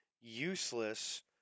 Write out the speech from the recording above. useless